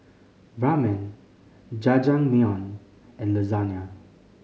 Ramen Jajangmyeon and Lasagne